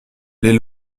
les